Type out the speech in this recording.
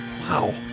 Wow